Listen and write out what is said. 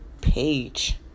page